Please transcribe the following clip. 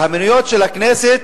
והמניות של הכנסת,